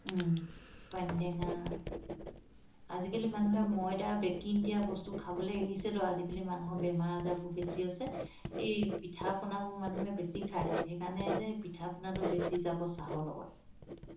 পানীটেঙা আজিকালি মানুহে ময়দা বেকিং দিয়া বস্তু খাবলৈ এৰিছে তো আজিকালি মানুহৰ বেমাৰ আজাৰবোৰ বেছি হৈছে এই পিঠা পনাবোৰ মানুহে বেছি খায় সেইকাৰণে যে পিঠা পনাটো বেছি যাব চাহৰ লগত